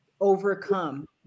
overcome